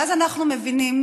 ואז אנחנו מבינים